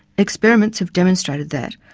experiments have demonstrated that,